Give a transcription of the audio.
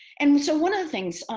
and so one of the things,